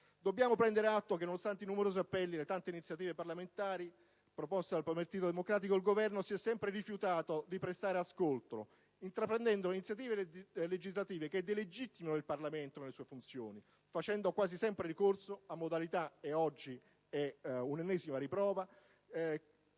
purtroppo prendere atto che, nonostante i numerosi appelli e le tante iniziative parlamentari promosse dal Partito Democratico, il Governo si è sempre rifiutato di prestare ascolto, intraprendendo iniziative legislative che delegittimano il Parlamento nelle sue funzioni, facendo quasi sempre ricorso a modalità poco ortodosse - oggi è l'ennesima riprova